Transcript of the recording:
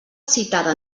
citada